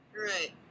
right